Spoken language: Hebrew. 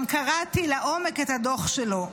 גם קראתי לעומק את הדוח שלו,